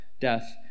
death